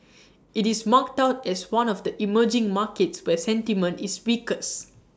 IT is marked out as one of the emerging markets where sentiment is weakest